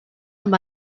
amb